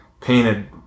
painted